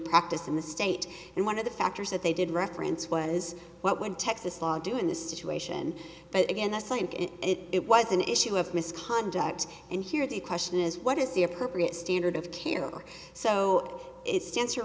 practice in the state and one of the factors that they did reference was what one texas law do in this situation but again that's like if it was an issue of misconduct and here the question is what is the appropriate standard of care so it stands to